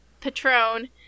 Patron